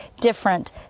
different